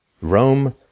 Rome